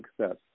success